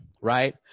right